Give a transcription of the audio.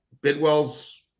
Bidwell's